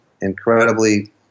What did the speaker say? incredibly